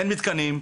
אין מתקנים,